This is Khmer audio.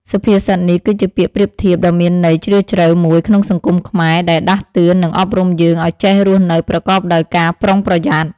សុភាសិតនេះ គឺជាពាក្យប្រៀបធៀបដ៏មានន័យជ្រាលជ្រៅមួយក្នុងសង្គមខ្មែរ ដែលដាស់តឿន និងអប់រំយើងឲ្យចេះរស់នៅប្រកបដោយការប្រុងប្រយ័ត្ន។